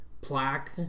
plaque